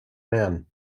man